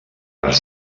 cares